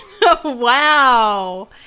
Wow